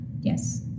yes